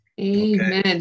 Amen